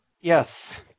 Yes